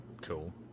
Cool